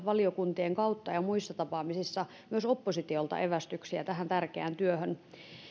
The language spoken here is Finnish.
valiokuntien kautta ja muissa tapaamisissa myös oppositiolta evästyksiä tähän tärkeään työhön